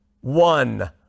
one